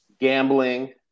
Gambling